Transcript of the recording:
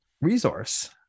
resource